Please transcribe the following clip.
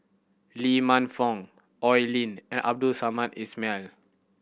Lee Man Fong Oi Lin and Abdul Samad Ismail